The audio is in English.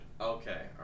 Okay